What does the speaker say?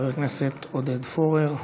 חבר הכנסת עודד פורר.